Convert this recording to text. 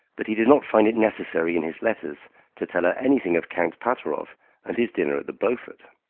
but he did not find it necessary in his letters to tell her anything of count pateroff and his dinner at the beaufort.